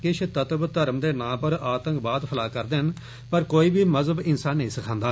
किश तत्व धर्म दे नां पर आतंकवाद फैला करदे न पर कोई बी मज़हव हिंसा नेई सिखांदा